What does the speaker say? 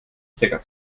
stecker